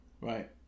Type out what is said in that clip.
right